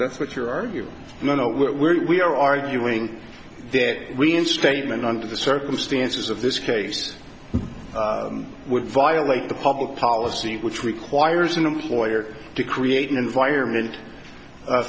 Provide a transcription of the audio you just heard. that's what you're you know what we're arguing that we in statement under the circumstances of this case would violate the public policy which requires an employer to create an environment